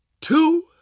two